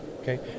Okay